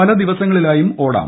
പല ദിവസങ്ങളിലായും ഓടാം